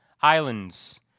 Islands